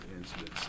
incidents